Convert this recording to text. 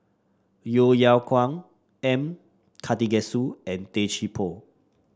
Yeo Yeow Kwang M Karthigesu and Tay Chee Toh